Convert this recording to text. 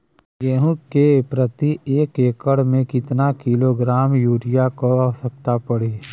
गेहूँ के प्रति एक एकड़ में कितना किलोग्राम युरिया क आवश्यकता पड़ी?